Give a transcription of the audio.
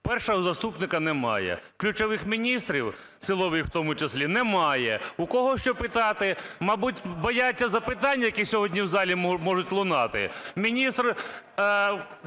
першого заступника немає, ключових міністрів, силових в тому числі, немає. У кого що питати? Мабуть, бояться запитань, які сьогодні в залі можуть лунати. Заступник